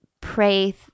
pray